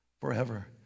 forever